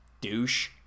douche